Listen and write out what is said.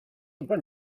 when